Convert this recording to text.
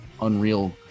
unreal